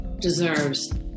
deserves